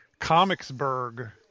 Comicsburg